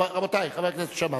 רבותי, חבר הכנסת שאמה.